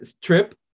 trip